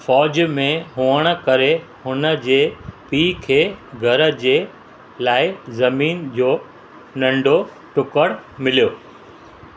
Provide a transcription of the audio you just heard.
फ़ौज में हुअण करे हुन जे पीउ खे घर जे लाइ ज़मीन जो नंढो टुकुरु मिलियो